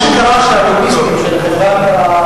מה שקרה הוא שהלוביסטים של "איי.די.בי",